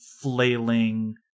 flailing